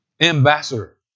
ambassador